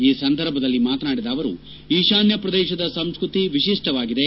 ಈ ಸಂದರ್ಭದಲ್ಲಿ ಮಾತನಾಡಿದ ಅವರು ಈಶಾನ್ಯ ಪ್ರದೇಶದ ಸಂಸ್ಕೃತಿ ವಿಶಿಷ್ಟವಾಗಿದೆ